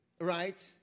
Right